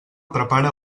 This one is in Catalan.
prepara